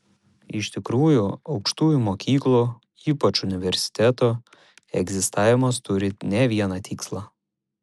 iš tikrųjų aukštųjų mokyklų ypač universitetų egzistavimas turi ne vieną tikslą